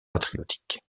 patriotiques